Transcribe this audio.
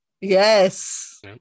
Yes